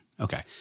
Okay